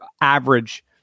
average